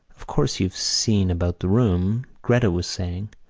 of course, you've seen about the room. gretta was saying.